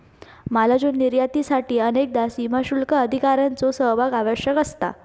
मालाच्यो निर्यातीसाठी अनेकदा सीमाशुल्क अधिकाऱ्यांचो सहभाग आवश्यक असता